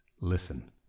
Listen